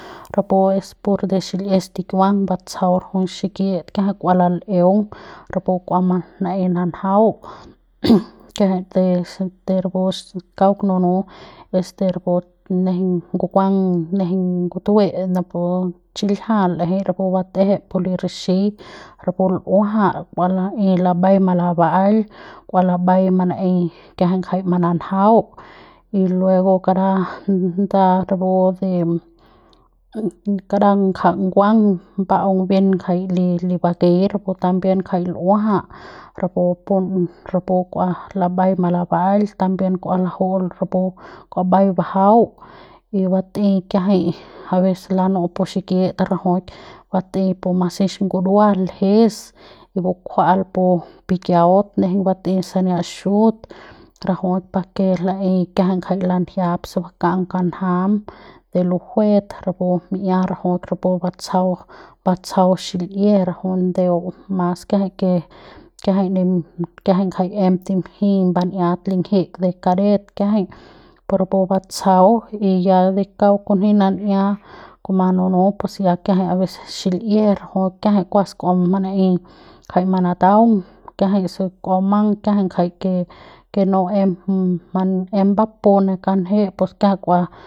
Rapu es pur de xil'ie stikiuang batsjau rajuik xikit kiajai kua lal'eung rapu kua manaei nanjau kiajai de rapu kaung nunu es de rapu nejeiñ ngukuang nejeiñ ngutue napu chiljia l'jei rapu batjep pu li rixiñ rapu ljua'a kua laei lambai malaba'al kua lambai manaei kiajai jai mananjau y luego kara nda rapu de kara ngja nguang bau bien ja jai li bakei rapu también jai ljua'a rapu pun rapu kua lambai malaba'al también kua laju'u rapu kua mbai bajau y batei kiajai aveces lanu pun xikit rajauik batei pu masix ngurua ljes bukjua'al pu pikiau nejeiñ batei sania xut rajuik pa ke laei kiajai jai lanjiap se baka'am kanjam de lo juet rapu mi'ia rajuik rapu batsjau batsjau xil'ie rajuik ndeu mas kiajai ke kiajai kiajai em timjiñ ban'iat linjik de kadet kiajai pu rapu batsjau y ya de kauk de kunji nan'ia kuma nunu pus kiajai aveces xil'ie rajuik kuas kua manaei jai manataung kiajai se kua bumang kiajai ngjai ke ke no em ba embapu ne kanje kiajai k'ua.